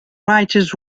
writers